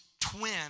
twin